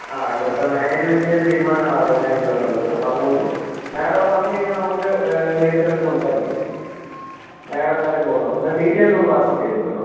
ആ ഇവിടുത്തെ മാനേജ്മെൻറ്റിൻ്റെ ഒരു തീരുമാനം ആണ് അറുപതിനായിരം രൂപ എന്ന് ഉള്ളത് അപ്പം അതുകൊണ്ട് മേഡം ഇവിടെ വന്ന് കഴിഞ്ഞാൽ നമുക്ക് നേരിട്ട് കണ്ട് സംസാരിക്കാം മേഡം എന്തായാലും പോന്നോളൂ എന്നാൽ ഡീറ്റെയിൽസ് ഒന്ന് വാട്ട്സ്ആപ്പ് ചെയ്തേക്കൂ കേട്ടോ